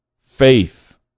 faith